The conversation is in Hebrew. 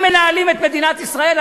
הם מנהלים את מדינת ישראל?